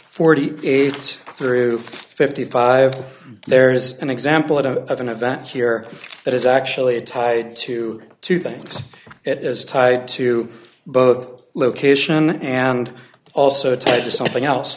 forty eight through fifty five there is an example of an event here that is actually tied to two things it is tied to both location and also tied to something else